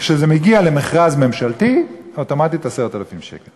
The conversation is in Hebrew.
כשזה מגיע למכרז ממשלתי, אוטומטית: 10,000 שקל.